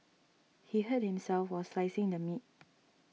he hurt himself while slicing the meat